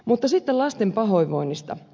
mutta sitten lasten pahoinvoinnista